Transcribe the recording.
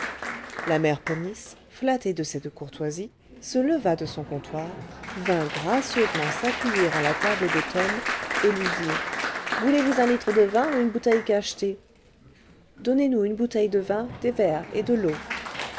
la mère ponisse flattée de cette courtoisie se leva de son comptoir vint gracieusement s'appuyer à la table de tom et lui dit voulez-vous un litre de vin ou une bouteille cachetée donnez-nous une bouteille de vin des verres et de l'eau